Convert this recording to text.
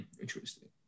Interesting